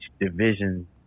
division